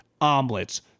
Omelets